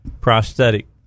prosthetic